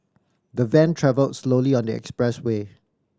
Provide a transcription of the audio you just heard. the van travelled slowly on the expressway